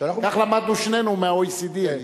כך למדנו שנינו מה-OECD.